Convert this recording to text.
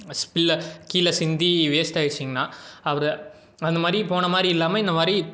ஸ்பில்ல கீழே சிந்தி வேஸ்ட் ஆயிடுச்சிங்கணா அப்புறம் அந்த மாதிரி போன மாதிரி இல்லாமல் இந்த மாதிரி